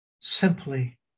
Simply